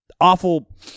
Awful